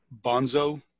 Bonzo